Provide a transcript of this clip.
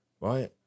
right